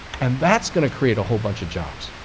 and that's going to create a whole bunch of jobs,